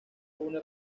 una